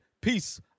Peace